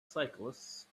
cyclists